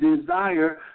desire